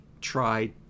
try